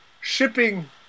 shipping